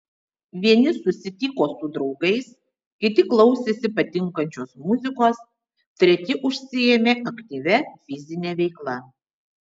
vieni susitiko su draugais kiti klausėsi patinkančios muzikos treti užsiėmė aktyvia fizine veikla